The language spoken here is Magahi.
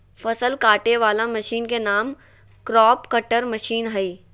फसल काटे वला मशीन के नाम क्रॉप कटर मशीन हइ